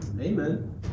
Amen